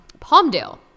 Palmdale